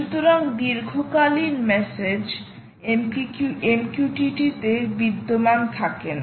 সুতরাং দীর্ঘকালীন message MQTT তে বিদ্যমান থাকে না